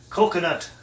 Coconut